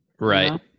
Right